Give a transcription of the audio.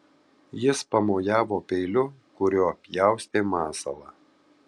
jis pamojavo peiliu kuriuo pjaustė masalą